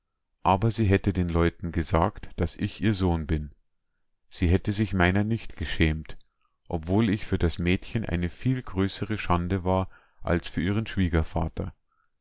aber sie hätte den leuten gesagt daß ich ihr sohn bin sie hätte sich meiner nicht geschämt obwohl ich für das mädchen eine viel größere schande war als für ihren schwiegervater